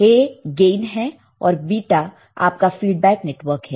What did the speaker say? A gain है और beta आपका फीडबैक नेटवर्क है